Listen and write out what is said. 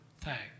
thanks